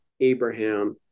Abraham